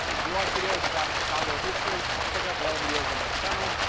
if you like videos about chicago history, check out the other videos on my channel.